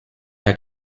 herr